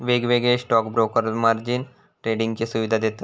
वेगवेगळे stock broker margin ट्रेडिंगची सुवीधा देतत